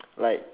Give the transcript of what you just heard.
like